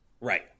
Right